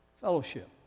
Fellowship